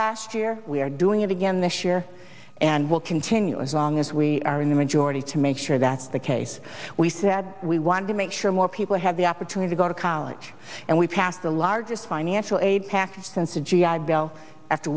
last year we are doing it again this year and will continue as long as we are in the majority to make sure that's the case we said we want to make sure more people have the opportunity to go to college and we passed the largest financial aid package since a g i bill after